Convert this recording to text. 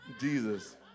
Jesus